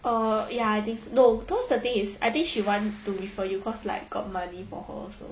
err ya I think so no cause the thing is I think she want to refer you cause like got money for her so